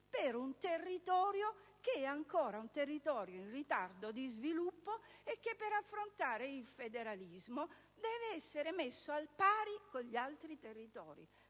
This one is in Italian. per un territorio che è ancora in ritardo di sviluppo e che, per affrontare il federalismo, deve essere messo alla pari con gli altri territori.